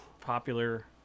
popular